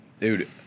Dude